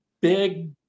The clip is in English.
big